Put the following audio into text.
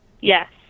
Yes